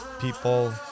People